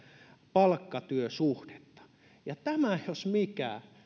palkkatyösuhdetta tämä jos mikä